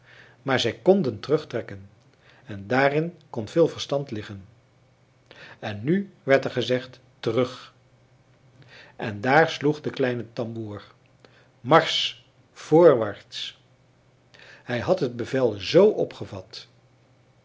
maar zij konden terugtrekken en daarin kon veel verstand liggen en nu werd er gezegd terug en daar sloeg de kleine tamboer marsch voorwaarts hij had het bevel z opgevat